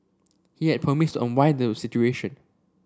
he had promised unwind the situation